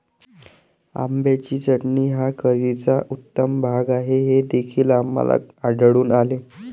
आंब्याची चटणी हा करीचा उत्तम भाग आहे हे देखील आम्हाला आढळून आले